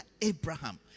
Abraham